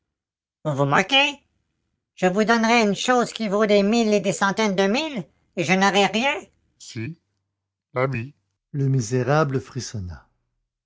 vous vous moquez je vous donnerais une chose qui vaut des mille et des centaines de mille et je n'aurais rien si la vie le misérable frissonna